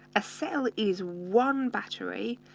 a cell is one battery.